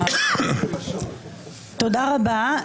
תודה רבה.